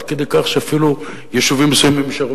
עד כדי כך שאפילו יישובים מסוימים יישארו